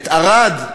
את ערד,